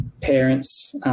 parents